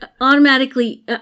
automatically